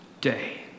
day